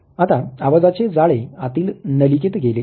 आता आवाजाचे जाळे आतील नलिकेत गेले आहे